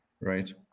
right